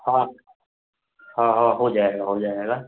हाँ हाँ हाँ हो जाएगा हो जाएगा